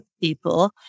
people